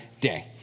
day